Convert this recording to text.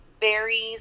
berries